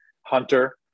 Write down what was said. hunter